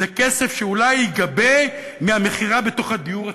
זה כסף שאולי ייגבה מהמכירה בתוך הדיור הציבורי.